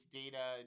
data